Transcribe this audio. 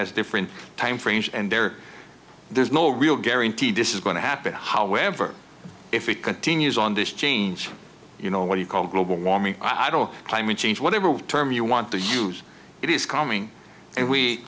has different time frames and they're there's no real guarantee this is going to happen however if it continues on this change you know what you call global warming i don't know climate change whatever term you want to use it is calming and we